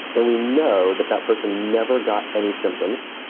and we know that that person never got any symptoms.